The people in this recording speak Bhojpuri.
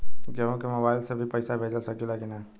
केहू के मोवाईल से भी पैसा भेज सकीला की ना?